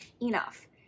enough